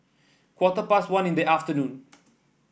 quarter past one in the afternoon